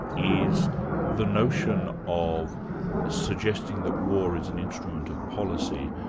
is the notion of suggesting that war is an instrument of policy,